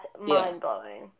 mind-blowing